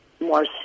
more